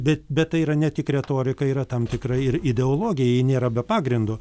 bet bet tai yra ne tik retorika yra tam tikra ir ideologija ji nėra be pagrindo